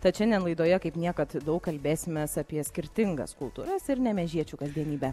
tad šiandien laidoje kaip niekad daug kalbėsimės apie skirtingas kultūras ir nemėžiečių kasdienybę